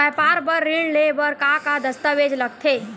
व्यापार बर ऋण ले बर का का दस्तावेज लगथे?